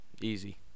Easy